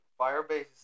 Firebase